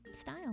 style